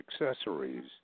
accessories